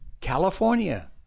California